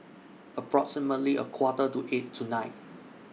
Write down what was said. approximately A Quarter to eight tonight